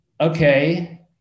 okay